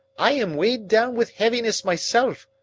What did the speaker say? i am weighed down with heaviness myself.